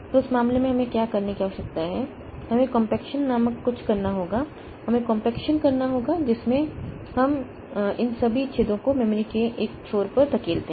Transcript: तो उस मामले में हमें क्या करने की आवश्यकता है हमें कॉम्पेक्शन नामक कुछ करना होगा हमें कॉम्पेक्शन करना होगा जिसमें हम इन सभी छेदों को मेमोरी के एक छोर पर धकेलते हैं